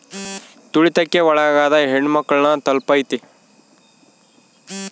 ತುಳಿತಕ್ಕೆ ಒಳಗಾದ ಹೆಣ್ಮಕ್ಳು ನ ತಲುಪೈತಿ